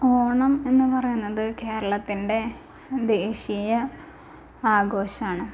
ഓണം എന്ന് പറയുന്നത് കേരളത്തിൻ്റെ ദേശീയ ആഘോഷമാണ്